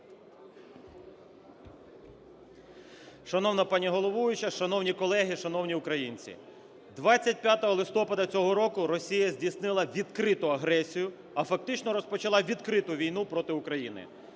Шановна пані головуюча! Шановні колеги! Шановні українці! 25 листопада цього року Росія здійснила відкриту агресію, а фактично розпочала відкриту війну проти України.